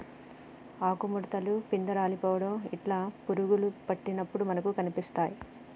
ఆకు ముడుతలు, పిందె రాలిపోవుట ఇట్లా పురుగులు పట్టినప్పుడు మనకు కనిపిస్తాయ్